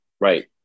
right